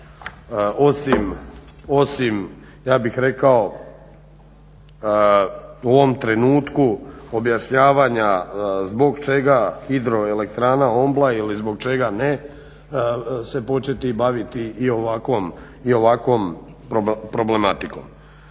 osim ja bih rekao u ovom trenutku objašnjavanja zbog čega hidroelektrana Ombla ili zbog čega ne, se početi baviti i ovakvom problematikom.